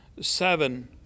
seven